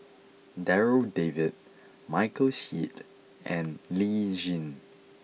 Darryl David Michael Seet and Lee Tjin